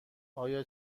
آیا